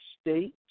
State